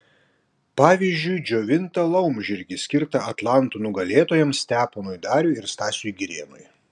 pavyzdžiui džiovintą laumžirgį skirtą atlanto nugalėtojams steponui dariui ir stasiui girėnui